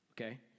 okay